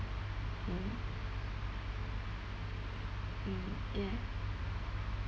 mm mm ya